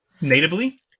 natively